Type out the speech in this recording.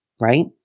right